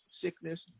sickness